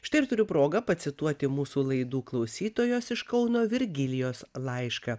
štai ir turiu progą pacituoti mūsų laidų klausytojos iš kauno virgilijos laišką